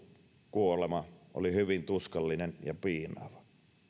kuolema oli hyvin tuskallinen ja piinaava